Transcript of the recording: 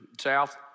South